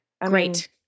Great